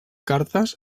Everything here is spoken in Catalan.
cartes